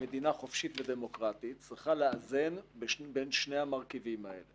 וכמדינה חופשית ודמוקרטית היא צריכה לאזן בין שני המרכיבים האלה